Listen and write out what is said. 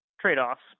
trade-offs